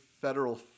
federal